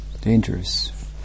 Dangerous